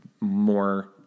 more